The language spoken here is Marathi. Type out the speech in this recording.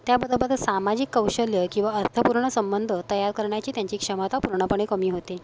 त्याबरोबरच जर सामाजिक कौशल्य किंवा अर्थपूर्ण संबंध तयार करण्याची त्यांची क्षमता पूर्णपणे कमी होते